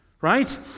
right